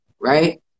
right